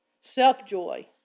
self-joy